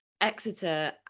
Exeter